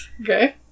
Okay